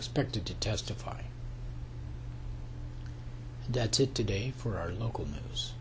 expected to testify that it today for our local news